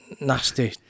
nasty